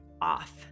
off